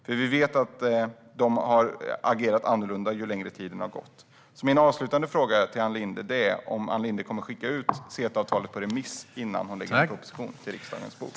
Men vi vet att de har agerat annorlunda ju längre tiden har gått. Min avslutande fråga till Ann Linde är om hon kommer att skicka ut CETA-avtalet på remiss innan hon lägger en proposition på riksdagens bord.